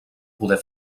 poder